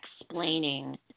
explaining